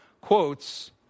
quotes